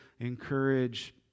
encourage